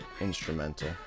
instrumental